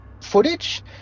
footage